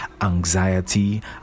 anxiety